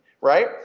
right